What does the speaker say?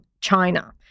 China